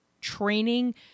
training